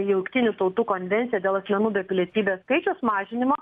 jungtinių tautų konvenciją dėl asmenų be pilietybės skaičiaus mažinimo